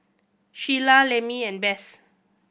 Sheila Lemmie and Bess